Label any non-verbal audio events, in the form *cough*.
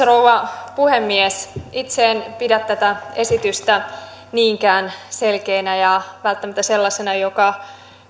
*unintelligible* rouva puhemies itse en pidä tätä esitystä niinkään selkeänä ja välttämättä sellaisena joka